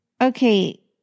Okay